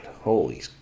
holy